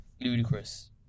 ludicrous